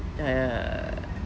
err